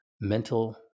mental